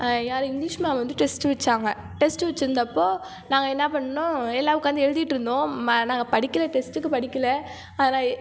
யார் English ma'am வந்து test வச்சாங்க டெஸ்ட்டு வச்சிருந்தப்போ நாங்கள் என்ன பண்ணோம் எல்லாம் உக்காந்து எழுதிட்ருந்தோம் மே நாங்கள் படிக்கல டெஸ்ட்டுக்கு படிக்கல ஆனால் எ